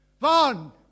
Vaughn